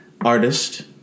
artist